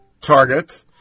target